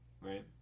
Right